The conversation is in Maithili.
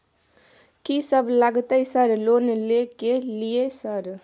कि सब लगतै सर लोन ले के लिए सर?